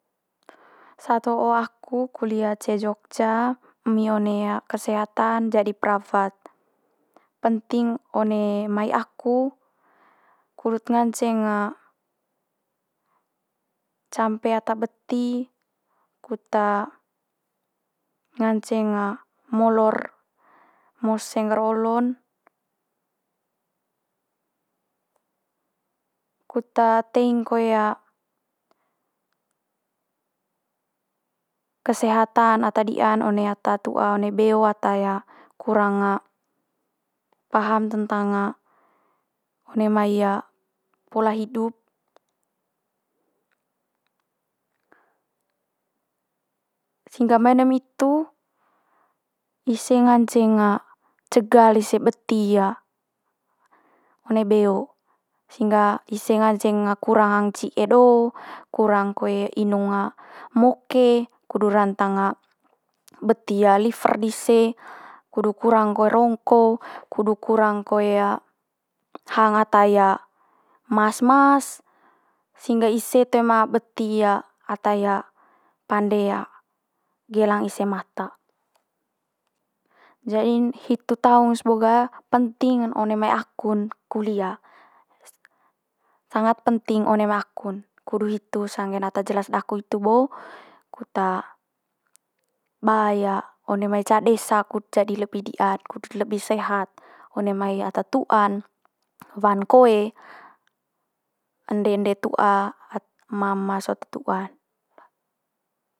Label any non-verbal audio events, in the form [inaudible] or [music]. Saat ho aku kulia ce jogja emi one kesehatan jadi perawat. Penting one mai aku kudut nganceng campe ata beti, kut nganceng molor mose ngger olo'n kut teing koe kesehatan ata di'an one ata tu'a one beo ata kurang paham tentang one mai pola hidup. Sehingga mai ne mai itu ise nganceng cegah lise beti one beo. Sehingga ise nganceng kurang hang ci'e do, kurang koe inung moke kudu rantang beti liver dise, kudu kurang koe rongko kudu kurang koe hang ata mas mas, sehingga ise toe ma beti ata pande gelang ise mata. Jadi'n hitu taung's bo ga penting one mai aku'n kulia s- sangat penting one mai aku'n. Kudu hitu sanggen ata jelas daku itu bo kut ba one mai ca desa kut jadi lebi di'ad kut lebi sehat, one mai ata tu'an wan koe, ende ende tu'a [unintelligible] ema ema sot te tu'an. [unintelligible]